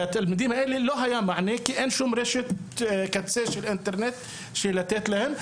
לתלמידים האלה לא היה מענה כי אין שום רשת קצה של אינטרנט לתת להם.